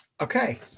Okay